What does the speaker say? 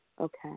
Okay